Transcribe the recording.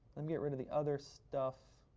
let me get rid of the other stuff.